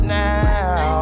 now